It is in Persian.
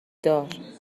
دار